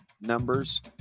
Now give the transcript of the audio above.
numbers